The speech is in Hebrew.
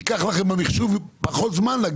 ייקח לכם במחשוב פחות זמן.